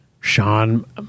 Sean